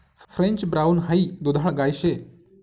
French brown हाई दुधाळ गाय शे